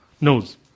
knows